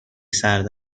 سرد